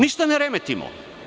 Ništa ne remetimo.